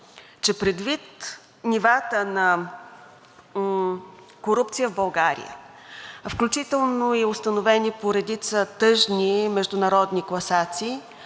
Че предвид нивата на корупция в България, включително установени по редица тъжни международни класации,